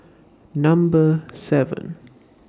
Number seven